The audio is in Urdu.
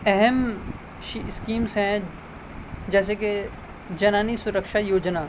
اہم اسکیمس ہیں جیسے کہ جنانی سرکشا یوجنا